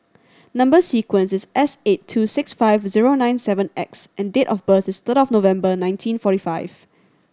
number sequence is S eight two six five zero nine seven X and date of birth is third of November nineteen forty five